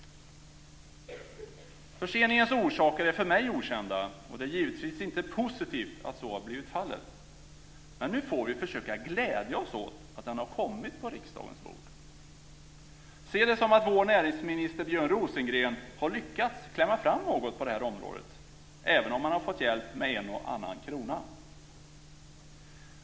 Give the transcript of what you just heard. Förseningens orsaker är för mig okända, och det är givetvis inte positivt att så har blivit fallet. Men nu får vi försöka glädja oss att den har kommit på riksdagens bord. Se det som att vår näringsminister, Björn Rosengren, har lyckats klämma fram något på det här området även om han har fått hjälp med en och annan krona.